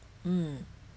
mm